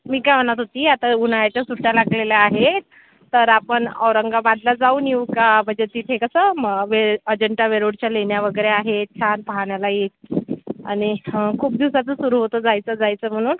मी काय म्हणत होते आता उन्हाळ्याच्या सुट्या लागलेल्या आहेत तर आपण औरंगाबादला जाऊन येऊ का म्हणजे तिथं कसं मग वे अजंठा वेरूळच्या लेण्या वगैरे आहेत छान पाहण्याला येईल आणि हं खूप दिवसाचं सुरू होतं जायचं जायचं म्हणून